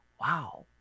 Wow